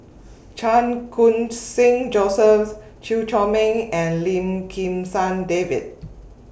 Chan Khun Sing Joseph Chew Chor Meng and Lim Kim San David